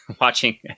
watching